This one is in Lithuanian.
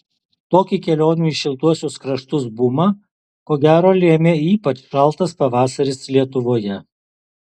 tokį kelionių į šiltuosius kraštus bumą ko gero lėmė ypač šaltas pavasaris lietuvoje